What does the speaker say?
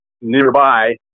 nearby